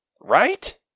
Right